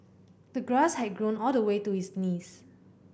the grass had grown all the way to his knees